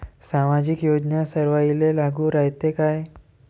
सामाजिक योजना सर्वाईले लागू रायते काय?